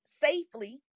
safely